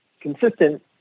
consistent